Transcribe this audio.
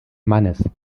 mannes